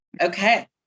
okay